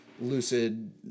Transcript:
lucid